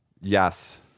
Yes